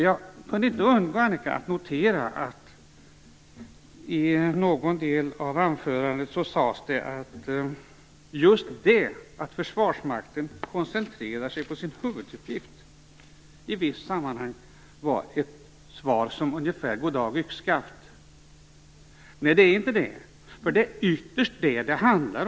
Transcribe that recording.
Jag kunde inte undgå att notera att Annika Nordgren i någon del av anförandet sade att just detta att Försvarsmakten koncentrerar sig på sin huvuduppgift i ett visst sammanhang var ett goddag-yxskaft. Det är inte det. Det handlar ytterst om det.